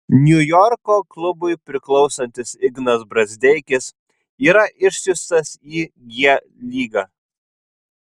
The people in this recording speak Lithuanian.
niujorko klubui priklausantis ignas brazdeikis yra išsiųstas į g lygą